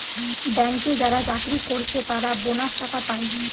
ব্যাংকে যারা চাকরি কোরছে তারা বোনাস টাকা পায়